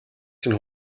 чинь